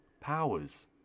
powers